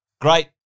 great